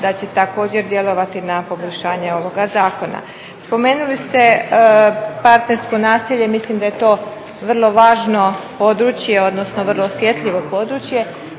da će također djelovati na poboljšanje ovoga zakona. Spomenuli ste partnersko nasilje. Mislim da je to vrlo važno područje, odnosno vrlo osjetljivo područje